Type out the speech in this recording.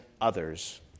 others